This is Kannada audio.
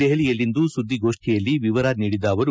ದೆಹಲಿಯಲ್ಲಿಂದು ಸುದ್ದಿಗೋಷ್ಠಿಯಲ್ಲಿ ವರ ನೀಡಿದ ಅವರು